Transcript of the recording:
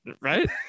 Right